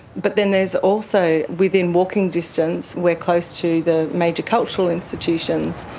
but then there's also, within walking distance, we're close to the major cultural institutions,